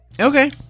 Okay